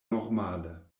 normale